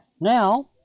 Now